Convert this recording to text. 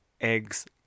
eggs